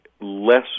less